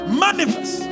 manifest